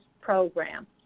program